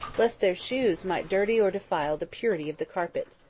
lest their shoes might dirty or defile the purity of the carpet.